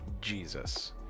Jesus